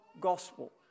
gospel